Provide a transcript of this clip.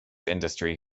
industry